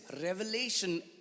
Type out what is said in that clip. revelation